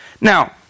Now